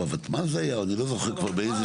בותמ"ל זה היה, או אני לא זוכר איפה.